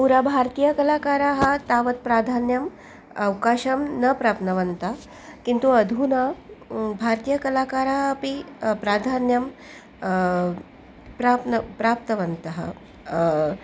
पूरा भारतीयकलाकाराः तावत् प्राधान्यम् अवकाशं न प्राप्तवन्तः किन्तु अधूना भारतीयकलाकाराः अपि प्राधान्यं प्राप्तं प्राप्तवन्तः